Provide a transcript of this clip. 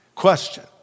question